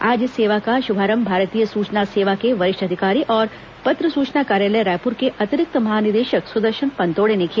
आज इस सेवा का शुभारंभ भारतीय सूचना सेवा के वरिष्ठ अधिकारी और पत्र सूचना कार्यालय रायपुर के अतिरिक्त महानिदेशक सुदर्शन पनतोड़े ने किया